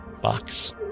box